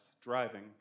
driving